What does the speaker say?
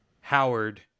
Howard